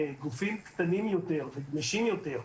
כגופים קטנים יותר וגמישים יותר,